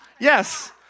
yes